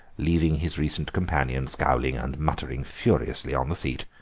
leaving his recent companion scowling and muttering furiously on the seat.